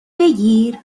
بگیر